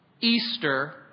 Easter